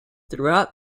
throughout